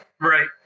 Right